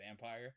vampire